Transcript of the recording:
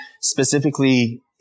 specifically